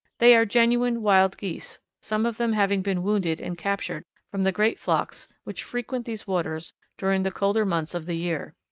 they are genuine wild geese, some of them having been wounded and captured from the great flocks which frequent these waters during the colder months of the year.